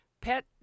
pet